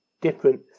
different